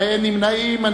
אין נמנעים.